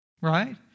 right